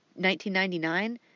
1999